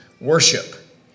worship